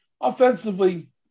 Offensively